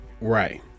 right